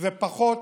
שזה פחות